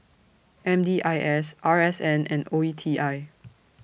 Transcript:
M D I S R S N and O E T I